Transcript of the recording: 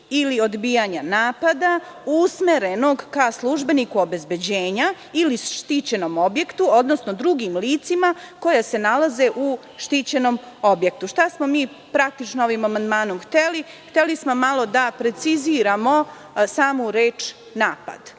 dodaju reči: „usmerenog ka službeniku obezbeđenja ili štićenom objektu, odnosno drugim licima koja se nalaze u štićenom objektu“. Šta smo praktično ovim amandmanom hteli? Hteli smo malo da preciziramo samu reč „napad“.